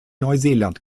neuseeland